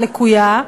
לקויה,